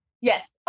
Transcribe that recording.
Yes